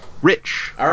rich